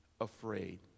afraid